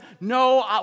no